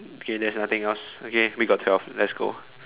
okay there's nothing else okay we got twelve let's go